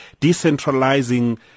decentralizing